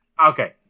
Okay